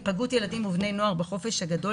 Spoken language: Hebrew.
היפגעות של ילדים ובני נוער בחופש הגדול